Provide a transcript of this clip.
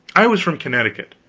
i was from connecticut,